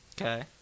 Okay